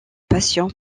passion